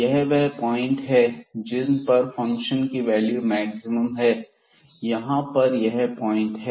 यह वह पॉइंट है जिन पर फंक्शन की वैल्यू मैक्सिमम है यह यहां पर ऐसे पॉइंट हैं